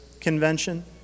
convention